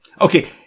Okay